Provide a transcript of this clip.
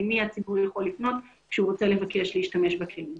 מי הציבור יכול לפנות כשהוא רוצה לבקש להשתמש בכלים האלה.